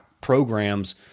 programs